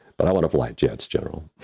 but i want to fly jets general.